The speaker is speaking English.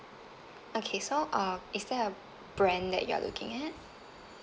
okay so uh is there a brand that you are looking at